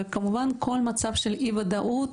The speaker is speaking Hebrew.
וכמובן כל מצב של אי-ודאות,